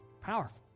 Powerful